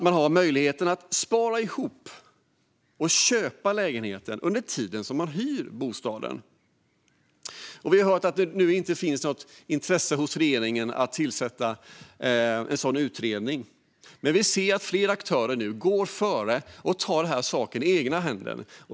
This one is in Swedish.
Man har då möjligheten att spara ihop och köpa lägenheten under tiden som man hyr bostaden. Vi har hört att det inte finns något intresse hos regeringen att tillsätta en sådan utredning, men vi ser att flera aktörer nu går före och tar saken i egna händer.